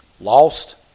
lost